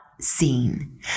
Seen